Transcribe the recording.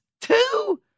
two